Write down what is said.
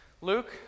Luke